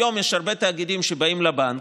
היום יש הרבה תאגידים שבאים לבנק,